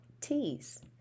T's